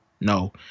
no